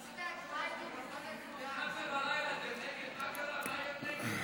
(סכום ההשתתפות בהוצאות התקציב של מועצה דתית),